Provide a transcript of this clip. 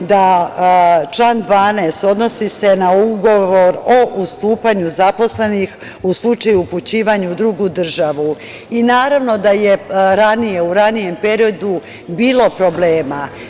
da se član 12. odnosi na ugovor o ustupanju zaposlenih u slučaju upućivanja u drugu državu i naravno da je u ranijem periodu bilo problema.